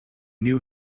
knew